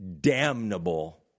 damnable